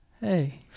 Hey